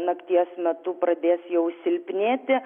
nakties metu pradės jau silpnėti